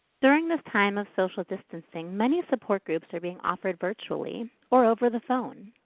during this time of social distancing, many support groups are being offered virtually or over the phone.